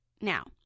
now